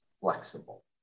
flexible